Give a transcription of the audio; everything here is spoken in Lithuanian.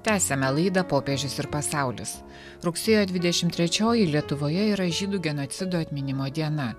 tęsiame laidą popiežius ir pasaulis rugsėjo dvidešim trečioji lietuvoje yra žydų genocido atminimo diena